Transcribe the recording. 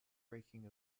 breaking